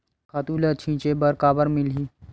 खातु ल छिंचे बर काबर मिलही?